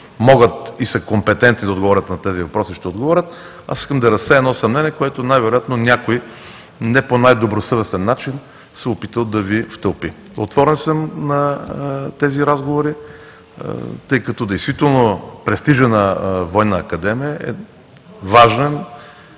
могат и са компетентни да отговорят на тези въпроси, ще отговорят. Аз искам да разсея едно съмнение, което най-вероятно някой не по най-добросъвестния начин се е опитал да Ви втълпи. Отворен съм за тези разговори, тъй като действително престижът на Военна академия е важен